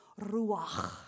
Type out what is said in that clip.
ruach